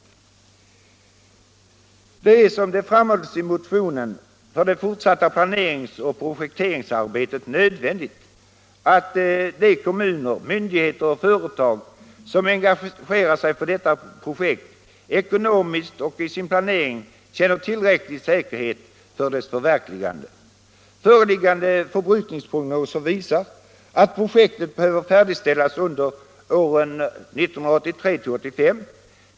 Som framhålls i motionen är det för det fortsatta planeringsoch projekteringsarbetet nödvändigt att de kommuner, myndigheter och företag som engagerat sig för detta projekt ekonomiskt och i sin planering känner tillräcklig säkerhet för dess förverkligande. Föreliggande förbrukningsprognoser visar att projektet behöver färdigställas under åren 1983-1985.